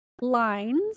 lines